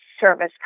service